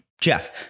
jeff